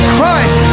Christ